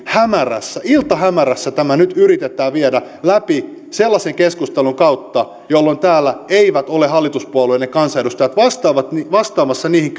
kanssa iltahämärässä tämä nyt yritetään viedä läpi sellaisen keskustelun kautta että täällä eivät ole hallituspuolueiden kansanedustajat vastaamassa niihin